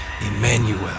Emmanuel